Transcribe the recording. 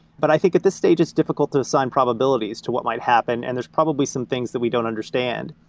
but i think at this stage, it's difficult to assign probabilities to what might happen, and there's probably some things that we don't understand.